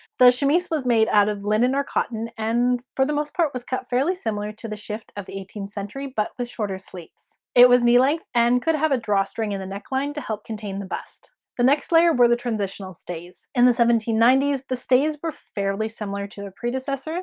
the chamise was made out of linen or cotton and for the most part was cut fairly similar to the shift of the eighteenth century but with shorter sleeves it was knee length and could have a drawstring in the neckline to help contain the bust the next layer were the transitional stays in the seventeen ninety s the stays were fairly similar to their predecessors